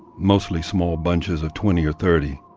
mostly small bunches of twenty or thirty.